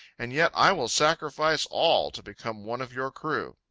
and yet i will sacrifice all to become one of your crew.